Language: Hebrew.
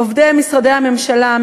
עובדי משרדי הממשלה,